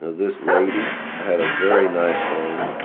this lady had a very nice home,